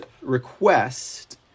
request